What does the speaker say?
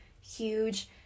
huge